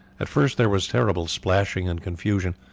at first there was terrible splashing and confusion,